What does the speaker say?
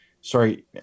sorry